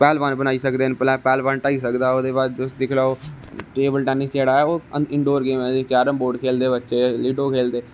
पहलबान बनाई सकदे ना पहलबान ढाई सकदा ओह् ते ओहदे बाद तुस दिक्खी लेऔ टेबल टेनिस बिच जेहड़ा ओह् इनंडोर गेम ऐ केरम बोर्ड खेलदे तुस लूडो खेलदे